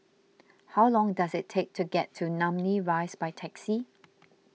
how long does it take to get to Namly Rise by taxi